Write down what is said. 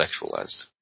sexualized